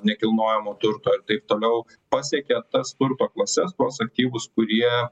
nekilnojamo turto ir taip toliau pasiekė tas turto klases tuos aktyvus kurie